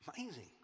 Amazing